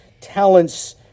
talents